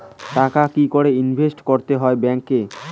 টাকা কি করে ইনভেস্ট করতে হয় ব্যাংক এ?